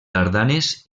tardanes